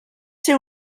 ser